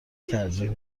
ترجیح